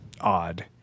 odd